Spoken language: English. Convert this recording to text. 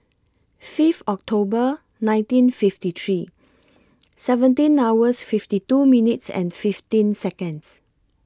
Fifth October nineteen fifty three seventeen hours fifty two minutes and fifteen Seconds